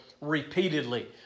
repeatedly